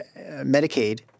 Medicaid